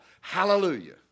Hallelujah